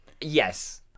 Yes